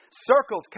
circles